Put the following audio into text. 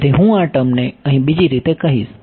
તેથી હું આ ટર્મને અહીં બીજી રીતે કહીશ